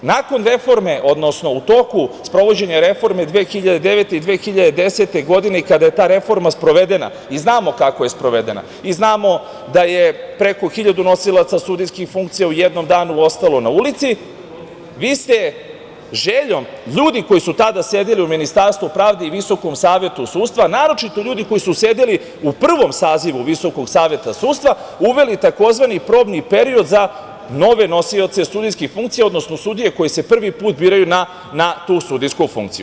U toku sprovođenja reforme 2009. i 2010. godine kada je ta reforma sprovedena i znamo kako je sprovedena, i znamo da je preko hiljadu nosilaca sudijskih funkcija u jednom danu ostalo na ulici, vi ste željom ljudi koji su tada sedeli u Ministarstvu pravde i Visokom savetu sudstva, naročito ljudi koji su sedeli u prvom sazivu Visokog saveta sudstva, uveli tzv. probni period za nove nosioce sudijskih funkcija, odnosno sudije koji se prvi put biraju na tu sudijsku funkciju.